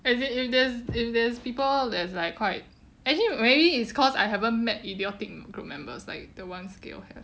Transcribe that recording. as in if there's if there's people that's like quite actually maybe it's cause I haven't met idiotic group members like the ones gill have